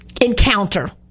encounter